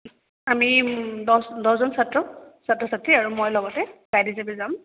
আমি দহ দহজন ছাত্ৰ ছাত্ৰ ছাত্ৰী আৰু মই লগতে যাম